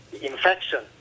infection